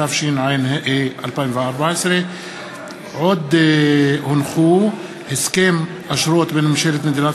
התשע"ה 2014. הסכם אשרות בין ממשלת מדינת